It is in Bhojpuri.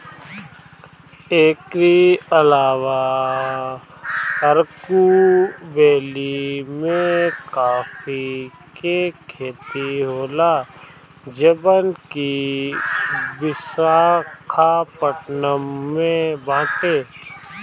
एकरी अलावा अरकू वैली में काफी के खेती होला जवन की विशाखापट्टनम में बाटे